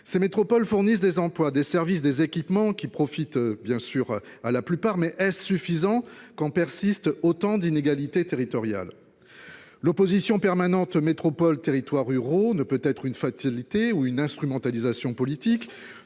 Ces métropoles fournissent des emplois, des services et des équipements qui profitent à la plupart, mais est-ce suffisant quand persistent autant d'inégalités territoriales ? L'opposition permanente entre métropoles et territoires ruraux ne peut être une fatalité ou une instrumentalisation politique.